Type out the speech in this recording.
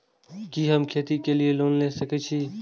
कि हम खेती के लिऐ लोन ले सके छी?